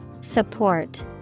Support